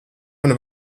man